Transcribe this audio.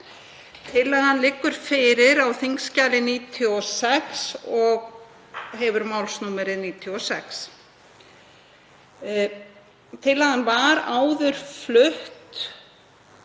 Tillagan liggur fyrir á þskj. 96 og hefur málsnúmerið 96. Tillagan var áður flutt